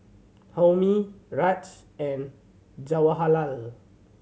Homi Raj and Jawaharlal